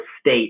state